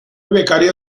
becario